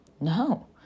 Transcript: No